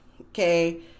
Okay